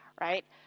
right